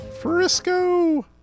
Frisco